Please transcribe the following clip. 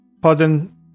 Pardon